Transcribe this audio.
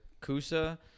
Kusa